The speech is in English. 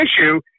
issue